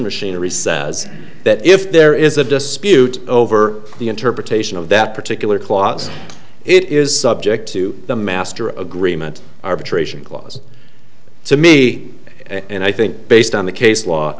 machinery says that if there is a dispute over the interpretation of that particular clause it is subject to the master agreement arbitration clause to me and i think based on the case law